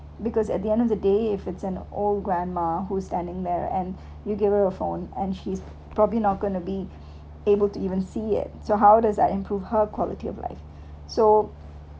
because at the end of the day if it's an old grandma who standing there and you gave her a phone and she's probably not gonna be able to even see it so how does that improved her quality of life so